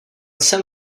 sem